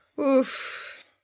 oof